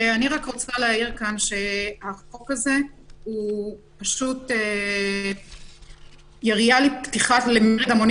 אני רק רוצה להעיר כאן שהחוק הזה הוא פשוט ירייה לפתיחת מרד המוני